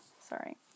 Sorry